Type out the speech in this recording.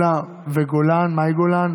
פטין מולא ומאי גולן,